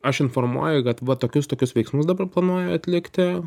aš informuoju kad va tokius tokius veiksmus dabar planuoju atlikti